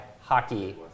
hockey